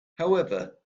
however